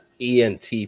ENT